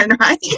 right